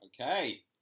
Okay